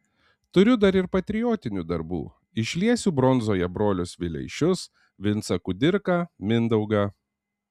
turiu dar ir patriotinių darbų išliesiu bronzoje brolius vileišius vincą kudirką mindaugą